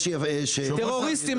טרוריסטים,